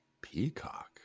peacock